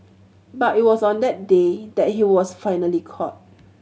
but it was on that day that he was finally caught